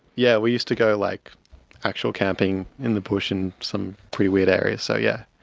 yeah we used to go like actual camping in the bush in some pretty weird areas, so yeah